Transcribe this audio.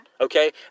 Okay